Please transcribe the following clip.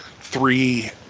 three